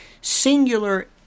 singular